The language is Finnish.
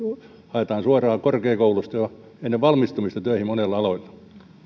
haetaan suoraan korkeakoulusta jo ennen valmistumista töihin monilla aloilla